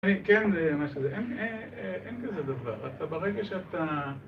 כן, זה מה ש... אין כזה דבר. אתה ברגע שאתה...